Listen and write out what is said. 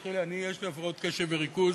תסלחי לי, יש לי הפרעות קשב וריכוז.